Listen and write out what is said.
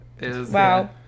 Wow